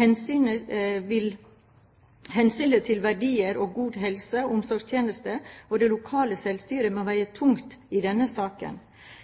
Hensynet til verdige og gode helse- og omsorgtjenester og det lokale selvstyret må veie tungt i denne saken.